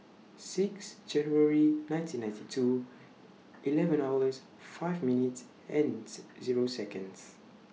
six January nineteen ninety two eleven hours five minutes ends Zero Seconds